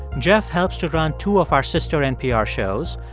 jeff helps to run two of our sister npr shows,